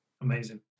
Amazing